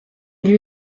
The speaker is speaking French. lui